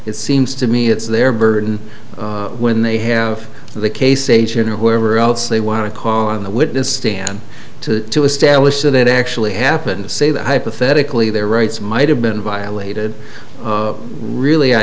it seems to me it's their burden when they have the case asian or whoever else they want to call on the witness stand to establish that it actually happened to say that hypothetically their rights might have been violated really i